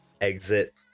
exit